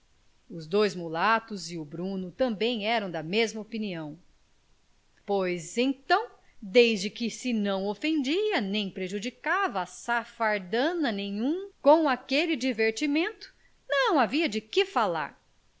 os dois mulatos e o bruno também eram da mesma opinião pois então desde que se não ofendia nem prejudicava a safardana nenhum com aquele divertimento não havia de que falar